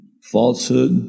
falsehood